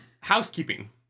Housekeeping